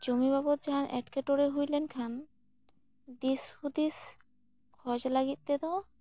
ᱡᱚᱢᱤ ᱵᱟᱵᱚᱫ ᱡᱟᱦᱟᱸ ᱨᱮ ᱮᱴᱠᱮᱴᱚᱬᱮ ᱦᱩᱭ ᱞᱮᱱ ᱠᱷᱟᱱ ᱫᱤᱥ ᱦᱩᱫᱤᱥ ᱠᱷᱚᱡᱽ ᱞᱟᱹᱜᱤᱫ ᱛᱮᱫᱚ